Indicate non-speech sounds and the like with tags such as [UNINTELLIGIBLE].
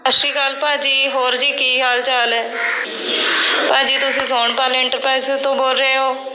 ਸਤਿ ਸ਼੍ਰੀ ਅਕਾਲ ਭਾਅ ਜੀ ਹੋਰ ਜੀ ਕੀ ਹਾਲ ਚਾਲ ਹੈ ਭਾਅ ਜੀ ਤੁਸੀਂ ਸੋਨਪਾਲੈਂਟ [UNINTELLIGIBLE] ਤੋਂ ਬੋਲ ਰਹੇ ਹੋ